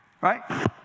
Right